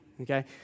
okay